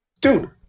dude